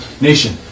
nation